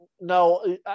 No